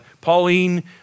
Pauline